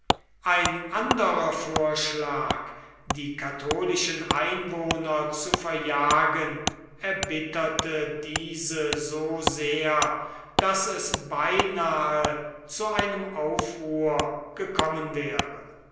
ein anderer vorschlag die katholischen einwohner zu verjagen erbitterte diese so sehr daß es beinahe zu einem aufruhr gekommen wäre